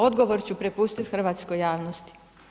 Odgovor ću prepustit hrvatskoj javnosti.